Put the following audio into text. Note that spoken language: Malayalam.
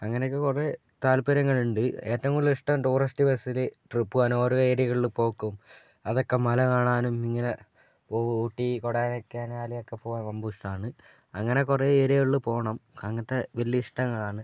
അങ്ങനെയൊക്കെ കുറെ താത്പര്യങ്ങളുണ്ട് ഏറ്റോം കൂടുതലിഷ്ടം ടൂറിസ്റ്റ് ബസ്സില് ട്രിപ്പ് പോകാനും ഓരോ ഏരിയകളിൽ പോക്കും അതൊക്കെ മല കാണാനും ഇങ്ങനെ ഊട്ടി കൊടൈക്കനാൽ ഒക്കെ പോവാൻ റൊമ്പ ഇഷ്ടാണ് അങ്ങനെ കുറെ ഏരിയയിൽ പോണം അങ്ങനത്തെ വലിയ ഇഷ്ടങ്ങളാണ്